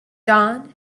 dawn